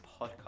podcast